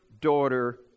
daughter